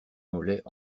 mollets